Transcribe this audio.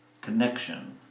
connection